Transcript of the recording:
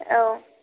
औ